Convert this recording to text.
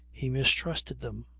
he mistrusted them.